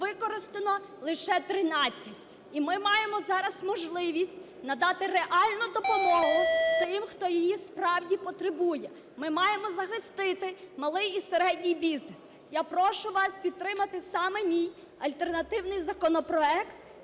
використано лише 13. І ми маємо зараз можливість надати реальну допомогу тим, хто її справді потребує. Ми маємо захистити малий і середній бізнес. Я прошу вас підтримати саме мій альтернативний законопроект